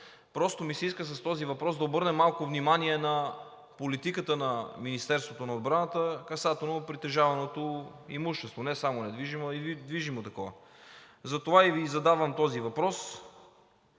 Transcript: просто ми се иска с този въпрос да обърнем малко внимание на политиката на Министерството на отбраната касателно притежаваното имущество – не само недвижимо, а и движимо такова. Затова Ви задавам този въпрос: